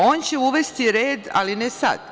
On će uvesti red ali ne sad.